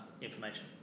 information